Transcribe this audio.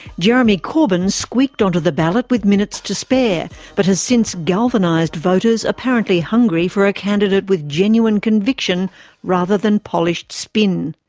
jeremy corbyn squeaked onto the ballot with minutes to spare but has since galvanised voters apparently hungry for a candidate with genuine conviction rather than polished spin.